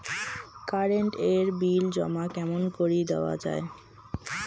Current এর bill জমা কেমন করি দেওয়া যায়?